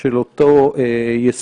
של אותו יישומון